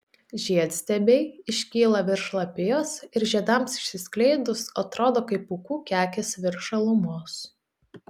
žiedstiebiai iškyla virš lapijos ir žiedams išsiskleidus atrodo kaip pūkų kekės virš žalumos